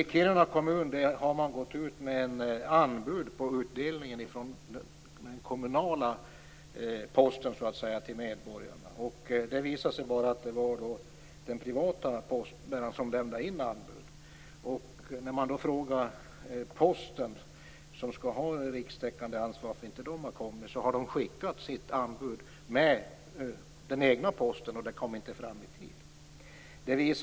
I Kiruna kommun har man gått ut med anbud på utdelningen av den kommunala posten till medborgarna. Det visade sig att det var den privata postbäraren som lämnade in anbud. När Posten, som skall ha rikstäckande ansvar, fick frågan varför man inte hade kommit in med anbud visade det sig att man hade skickat sitt anbud med den egna posten, men det hade inte kommit fram i tid.